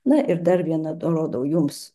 na ir dar vieną rodau jums